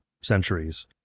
centuries